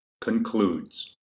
Concludes